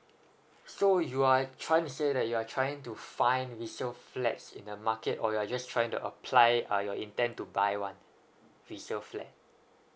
so you are trying to say that you are trying to find resale flats in the market or you're just trying to apply uh you're intend to buy one resale flat